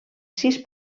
sis